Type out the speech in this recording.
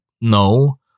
No